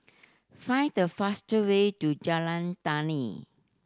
find the faster way to Jalan Tani